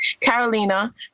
Carolina